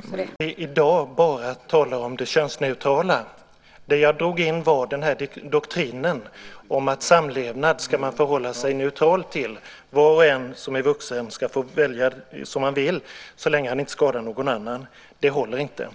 Herr talman! Förvisso är det så att vi i dag bara talar om det könsneutrala. Det jag drog in var doktrinen om att samlevnad ska man förhålla sig neutral till. Var och en som är vuxen ska få välja som man vill så länge man inte skadar någon annan. Det håller inte.